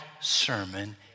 sermon